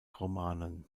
romanen